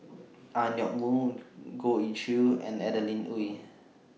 Ang Yoke Mooi Goh Ee Choo and Adeline Ooi